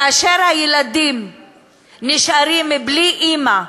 כאשר הילדים נשארים בלי אימא,